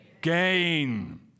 gain